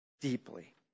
deeply